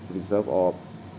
reserve of